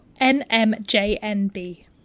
NMJNB